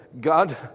God